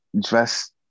Dress